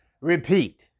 repeat